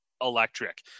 electric